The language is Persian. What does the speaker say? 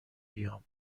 بیام